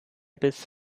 bis